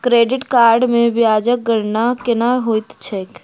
credit card मे ब्याजक गणना केना होइत छैक